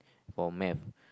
for math